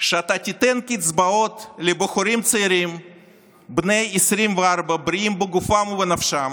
שאתה תיתן קצבאות לבחורים צעירים בני 24 בריאים בגופם ובנפשם,